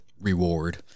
reward